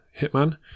hitman